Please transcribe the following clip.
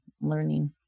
learning